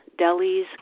delis